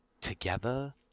together